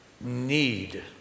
need